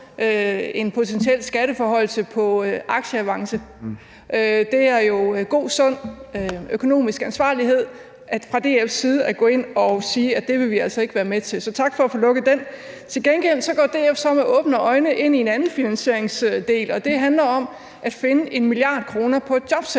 en potentiel skatteforhøjelse på aktieavance. Det er jo god, sund økonomisk ansvarlighed fra DF's side at gå ind at sige, at det vil de altså ikke være med til. Så tak for at få lukket den. Til gengæld går DF så med åbne øjne ind i en anden finansieringsdel, og det handler om at finde en milliard kroner på